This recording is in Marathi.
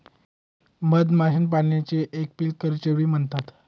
मधमाशीपालनले एपीकल्चरबी म्हणतंस